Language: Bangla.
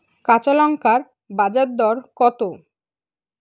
কাঁচা লঙ্কার বাজার দর কত?